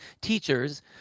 teachers